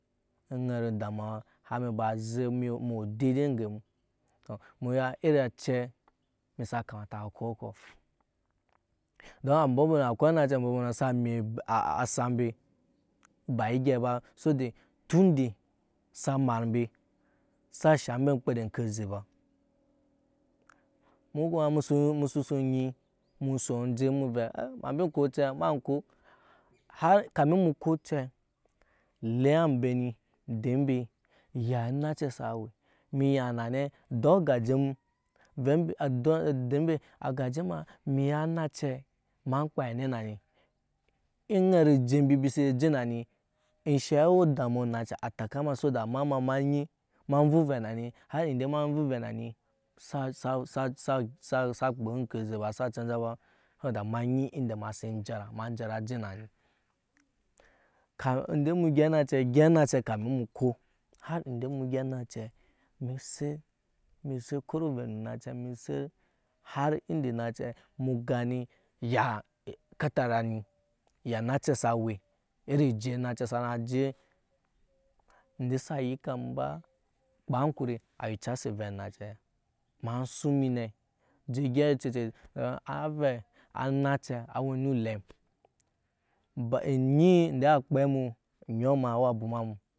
Aŋet endamuwa har mu ba zek mu we deidei nge mu mu ya iri ace su kamata emi ko okɔ don akwai anacɛ ambɔ mbɔnɔ sa mip asak mbe ba egei ba sob de tunde sa mat mbe sa shaŋ mbe emkpede eŋke oze ba emu kuma min ko ocɛ ema ŋko har kamin mu ko ocɛ le ambe ni dee mbe ya onacɛ sa we mu ya nane dɔɔ ogaje mu dee mbe agaje ma emi ya anacɛ ema kpaa na ne nam aŋet eje mubi mbi se je nani enshe we damuwa onace a teka ma so da ema nyi ema vuvɛ na ni har ende ema vuve nani sa kpaaoyke oze ba sa canja ba so da ema nyi ende ana si jara ma jara je na ni ka ende mu gɛp gyɛp onacɛ kamin mu ko har ende mu gyɛp onacɛ mu set mu set kɔrɔ ovɛ nu onace emi set har ende nacɛ mu gani ya ekatara ni ya nace sa we iri oje onacɛ sa na je ende sa yika mu ba kpaa ankuri a jucasi ovɛ onacɛɛ ema suŋ emi ne aje gyɛp a cecet avɛ anace a we ni elem onyi wa kpɛ mu onyɔɔ wa bwoma mu.